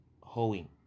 hoeing